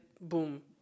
boom